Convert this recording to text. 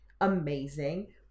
Amazing